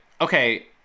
okay